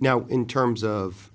now in terms of